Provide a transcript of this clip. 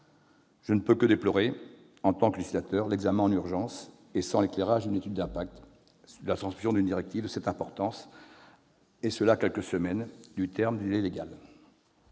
Je ne peux que déplorer, en tant que législateur, l'examen en urgence et sans l'éclairage d'une étude d'impact de la transposition d'une directive de cette importance, à quelques semaines du terme du délai légal.